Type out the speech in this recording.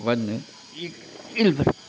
ಬಂದ್ಮೇಲೆ ಇಳಿ ಇಳಿದ್ರು